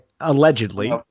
allegedly